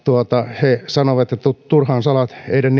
he sanoivat että turhaan salaan heidän